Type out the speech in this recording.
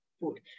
food